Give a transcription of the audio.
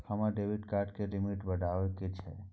हमरा debit card के limit बढावा के छै